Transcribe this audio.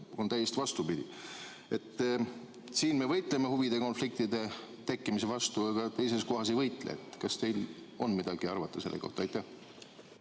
on täiesti vastupidi. Siin me võitleme huvide konfliktide tekkimise vastu, aga teises kohas ei võitle. Kas teil on midagi arvata selle kohta? Aitäh